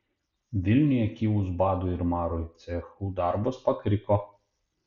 vilniuje kilus badui ir marui cechų darbas pakriko